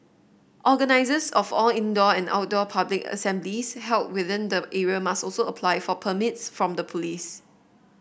organisers of all indoor and outdoor public assemblies held within the area must also apply for permits from the police